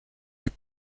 les